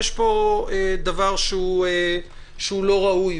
יש פה דבר שאינו ראוי.